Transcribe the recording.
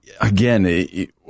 Again